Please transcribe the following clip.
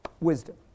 wisdom